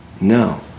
No